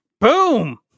Boom